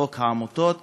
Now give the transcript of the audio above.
חוק העמותות